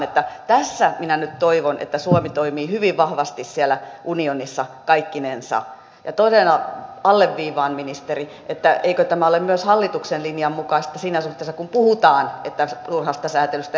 että tässä minä nyt toivon että suomi toimii hyvin vahvasti siellä unionissa kaikkinensa ja todella alleviivaan ministeri että eikö tämä ole myös hallituksen linjan mukaista siinä suhteessa kun puhutaan että turhasta sääntelystä eroon